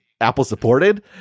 Apple-supported